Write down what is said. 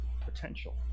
potential